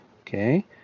Okay